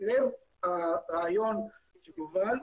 לב הרעיון של יובל,